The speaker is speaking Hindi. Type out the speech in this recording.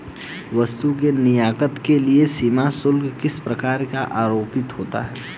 वस्तु के निर्यात के लिए सीमा शुल्क किस प्रकार से आरोपित होता है?